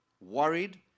worried